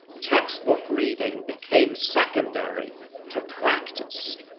textbook reading became secondary to practice.